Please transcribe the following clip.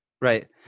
Right